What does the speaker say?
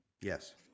Yes